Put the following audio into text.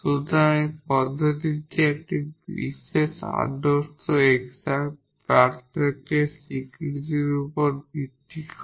সুতরাং এই পদ্ধতিটি এই কিছু আদর্শ এক্সাট পার্থক্য স্বীকৃতির উপর ভিত্তি করে